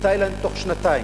בתאילנד תוך שנתיים,